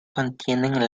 contienen